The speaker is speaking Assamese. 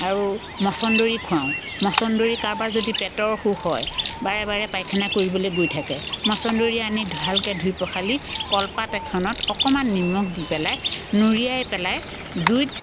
আৰু মছন্দৰী খোৱাওঁ মছন্দৰী কাৰোবাৰ যদি পেটৰ অসুখ হয় বাৰে বাৰে পায়খানা কৰিবলৈ গৈ থাকে মছন্দৰী আনি ভালকৈ ধুই পখালি কলপাত এখনত অকণমান নিমখ দি পেলাই নুৰিয়াই পেলাই জুইত